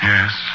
Yes